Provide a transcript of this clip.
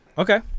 Okay